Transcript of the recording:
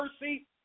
mercy